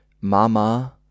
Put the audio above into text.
Mama